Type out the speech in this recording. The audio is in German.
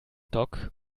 dock